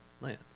land